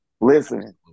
listen